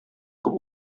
күп